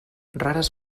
rares